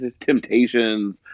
Temptations